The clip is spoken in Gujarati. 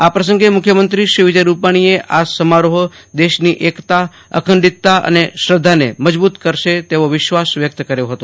આ પ્રસંગે મુખ્યમંત્રી શ્રી વિજય રૂપાણીએ આ સમારોહ દેશની એકતા અખંડિતતા અને શ્રધ્ધાને મજબુત કરશે તેવો વિશ્વાસ વ્યક્ત કર્યો હતો